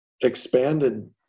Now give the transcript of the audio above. expanded